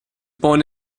born